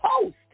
post